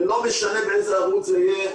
לא משנה באיזה ערוץ זה יהיה,